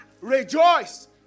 Rejoice